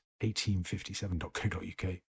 1857.co.uk